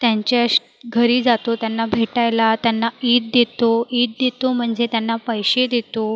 त्यांच्या घरी जातो त्यांना भेटायला त्यांना ईद देतो ईद देतो म्हणजे त्यांना पैसे देतो